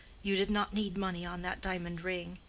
you did not need money on that diamond ring.